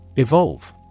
Evolve